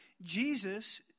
Jesus